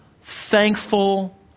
thankful